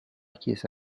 chiesa